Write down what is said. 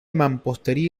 mampostería